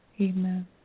Amen